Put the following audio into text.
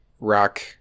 rock